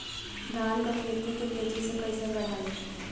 धान क खेती के तेजी से कइसे बढ़ाई?